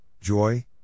joy